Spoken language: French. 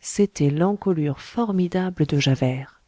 c'était l'encolure formidable de javert